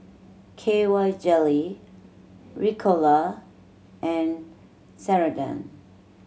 K Y Jelly Ricola and Ceradan